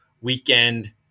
weekend